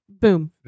boom